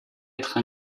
être